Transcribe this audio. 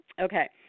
Okay